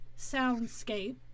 soundscape